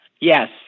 Yes